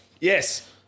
yes